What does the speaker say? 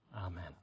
Amen